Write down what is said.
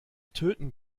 töten